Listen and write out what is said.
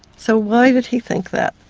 so why did he think that?